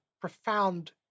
profound